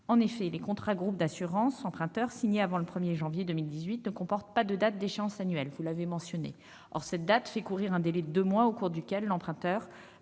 En effet, les contrats groupe d'assurance emprunteur signés avant le 1janvier 2018 ne comportent pas de date d'échéance annuelle. Or cette date fait courir un délai de deux mois au cours duquel l'emprunteur